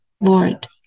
Lord